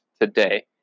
today